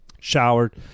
Showered